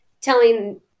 telling